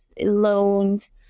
loans